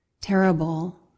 terrible